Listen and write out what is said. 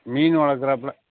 மீன் வளக்கறாப்போல